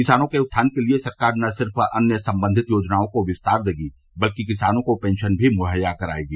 किसानों के उत्थान के लिए सरकार न सिर्फ अन्य संबंधित योजनाओं को विस्तार देगी बल्कि किसानों को पेंशन भी मुहैया करायेगी